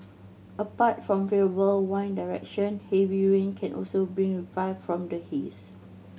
apart from favourable wind direction heavy rain can also bring reprieve from the haze